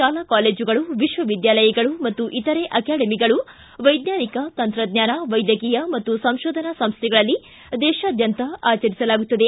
ಶಾಲಾ ಕಾಲೇಜುಗಳು ವಿಶ್ವವಿದ್ಯಾಲಯಗಳು ಮತ್ತು ಇತರೆ ಅಕಾಡೆಮಿಗಳು ವೈಜ್ಞಾನಿಕ ತಂತ್ರಜ್ಞಾನ ವೈದ್ಯಕೀಯ ಮತ್ತು ಸಂಶೋಧನಾ ಸಂಸ್ಥೆಗಳಲ್ಲಿ ದೇಶಾದ್ಯಂತ ಆಚರಿಸಲಾಗುತ್ತದೆ